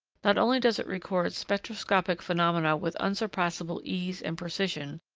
not only does it record spectroscopic phenomena with unsurpassable ease and precision,